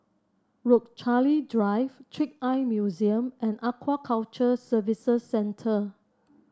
Rochalie Drive Trick Eye Museum and Aquaculture Services Centre